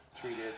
treated